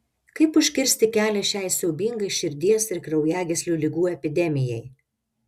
kaip užkirsti kelią šiai siaubingai širdies ir kraujagyslių ligų epidemijai